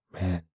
man